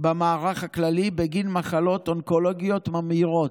במערך הכללי בגין מחלות אונקולוגיות ממאירות.